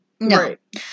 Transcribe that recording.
Right